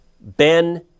Ben